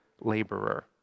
laborer